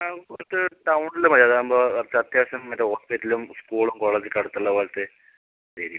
ആ പുറത്ത് ടൗണില് മതി അത് ആകുമ്പോൾ കുറച്ച് അത്യാവശ്യം മറ്റെ ഹോസ്പിറ്റലും സ്കൂളും കോളേജ് ഒക്ക അട്ത്ത് ഉള്ള പോലത്തെ ഏര്യാ